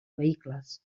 vehicles